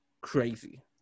Crazy